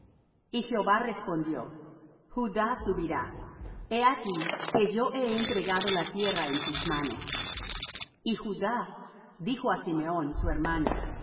y jehová respondió judá subirá he aquí que yo he entregado la tierra en sus manos y judá dijo á simeón su hermano